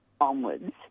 onwards